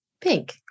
Pink